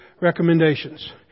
recommendations